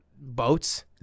boats